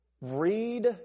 Read